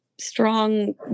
strong